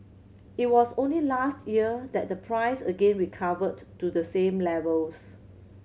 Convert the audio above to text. it was only last year that the price again recovered to the same levels